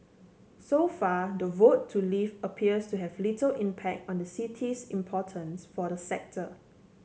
so far the vote to leave appears to have little impact on the city's importance for the sector